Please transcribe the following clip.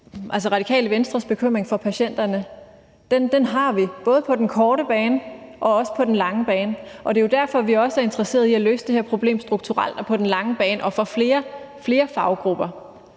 til Radikale Venstres bekymring for patienterne: Den har vi, både på den korte bane og på den lange bane, og det er jo derfor, vi også er interesserede i at løse det her problem strukturelt, på den lange bane og for flere faggrupper.